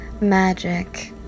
Magic